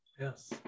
yes